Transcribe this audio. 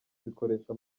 zikoresha